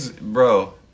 bro